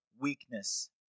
weakness